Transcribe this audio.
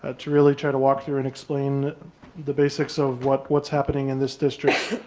ah to really try to walk through and explain the basics of what's what's happening in this district.